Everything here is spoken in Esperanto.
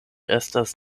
estas